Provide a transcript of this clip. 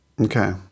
Okay